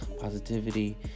positivity